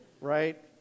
right